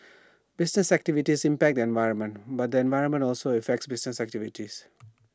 business activities impact the environment but the environment also affects business activities